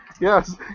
Yes